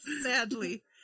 sadly